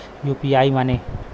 UPI माने?